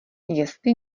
jestli